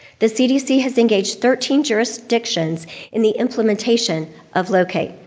the cdc has engaged thirteen jurisdictions in the implementation of locate.